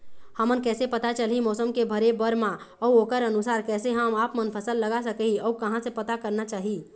हमन कैसे पता चलही मौसम के भरे बर मा अउ ओकर अनुसार कैसे हम आपमन फसल लगा सकही अउ कहां से पता करना चाही?